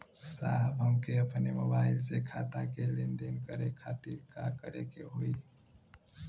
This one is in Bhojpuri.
साहब हमके अपने मोबाइल से खाता के लेनदेन करे खातिर का करे के होई?